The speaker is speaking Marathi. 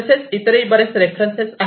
तसेही इतर बरेच रेफरन्सेस आहे